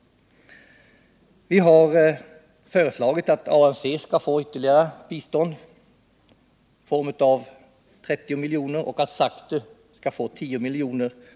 Vi har föreslagit att ANC skall få ytterligare bistånd i form av 30 milj.kr. och att SACTU skall få 10 milj.kr.